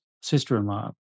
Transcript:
sister-in-law